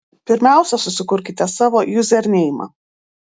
pirmiausia susikurkite savo juzerneimą